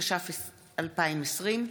התש"ף 2020,